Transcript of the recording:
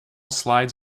sides